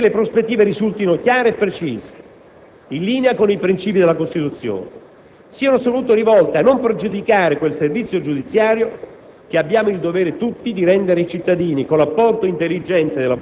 A mia volta, confermo la disponibilità, purché le prospettive risultino chiare e precise, in linea con i princìpi della Costituzione; siano soprattutto rivolte a non pregiudicare quel servizio giudiziario